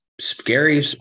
scary